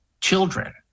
children